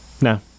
No